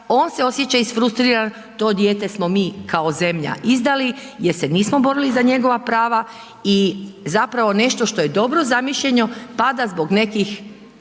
on se osjeća isfrustriran, to dijete smo mi kao zemlja izdali jer se nismo borili za njegova prava i zapravo nešto što je dobro zamišljeno pada zbog nekih